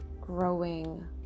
growing